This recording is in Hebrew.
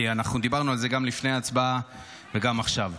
כי אנחנו דיברנו על זה גם לפני ההצבעה וגם עכשיו.